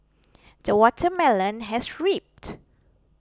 the watermelon has ripened